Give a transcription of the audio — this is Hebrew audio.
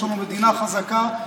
יש לנו מדינה חזקה,